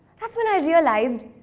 that's when i realized,